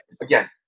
again